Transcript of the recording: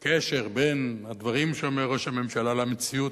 קשר בין הדברים שאומר ראש הממשלה למציאות.